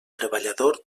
treballador